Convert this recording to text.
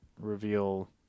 reveal